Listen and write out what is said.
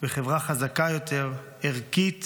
בחברה חזקה יותר, ערכית